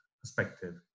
perspective